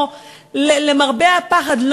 או למרבה הפחד,